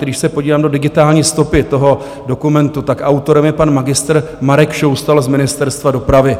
Když se podívám do digitální stopy toho dokumentu, tak autorem je pan magistr Marek Šoustal z Ministerstva dopravy.